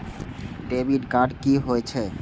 Debit card कि होई छै?